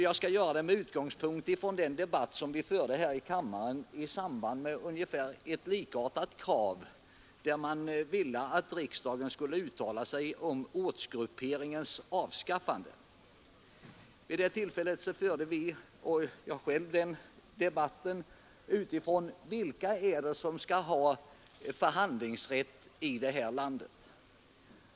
Jag skall göra det med utgångspunkt i den debatt som vi förde här i kammaren i samband med ett likartat krav: man ville att riksdagen skulle uttala sig om ortsgrupperingens avskaffande. Vid det tillfället argumenterade jag utifrån frågan: Vilka är det som skall ha förhandlingsrätt i det här landet?